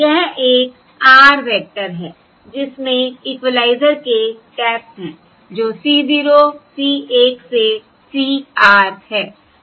यह एक r vector है जिसमें इक्विलाइजर के टैप्स हैं जो C 0 C 1 से C r है